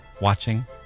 watching